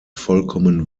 vollkommen